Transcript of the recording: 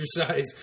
exercise